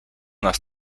nas